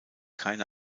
keine